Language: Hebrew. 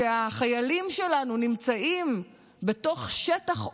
כשהחיילים שלנו נמצאים בתוך שטח עוין,